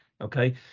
okay